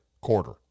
quarter